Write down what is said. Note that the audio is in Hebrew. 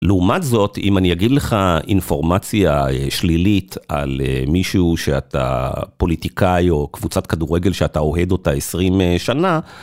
לעומת זאת, אם אני אגיד לך אינפורמציה שלילית על מישהו שאתה... פוליטיקאי או קבוצת כדורגל שאתה אוהד אותה 20 שנה,